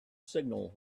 signal